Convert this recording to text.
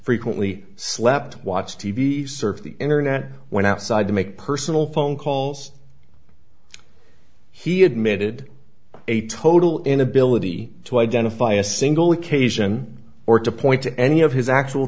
frequently slept watch t v surf the internet went outside to make personal phone calls he admitted a total inability to identify a single occasion or to point to any of his actual